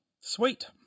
Sweet